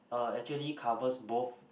uh actually covers both